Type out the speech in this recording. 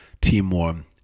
Timor